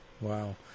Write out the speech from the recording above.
Wow